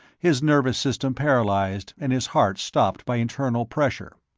his nervous system paralyzed and his heart stopped by internal pressure.